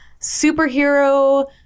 superhero